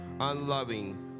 unloving